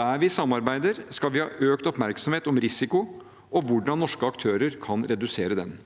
Der vi samarbeider, skal vi ha økt oppmerksomhet om risiko og hvordan norske aktører kan redusere den.